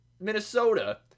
Minnesota